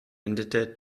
endete